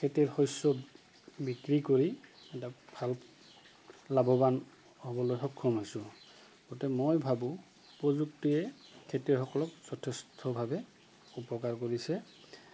খেতিৰ শস্য বিক্ৰী কৰি এটা ভাল লাভৱান হ'বলৈ সক্ষম হৈছোঁ গতিকে মই ভাবোঁ প্ৰযুক্তিয়ে খেতিয়সকলক যথেষ্টভাৱে উপকাৰ কৰিছে